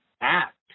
act